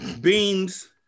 beans